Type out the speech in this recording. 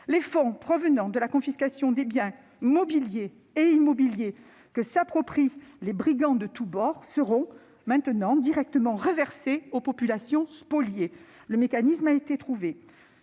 Les fonds provenant de la confiscation des biens mobiliers et immobiliers que s'approprient les brigands de tous bords seront directement reversés aux populations spoliées. Un mécanisme a été trouvé.